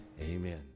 Amen